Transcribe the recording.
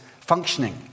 functioning